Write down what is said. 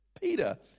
Peter